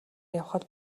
явахад